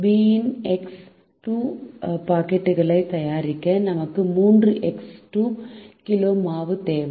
B இன் x 2 பாக்கெட்டுகளை தயாரிக்க நமக்கு 3 எக்ஸ் 2 கிலோ மாவு தேவை